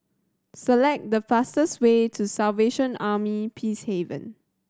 select the fastest way to Salvation Army Peacehaven